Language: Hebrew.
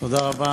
תודה רבה.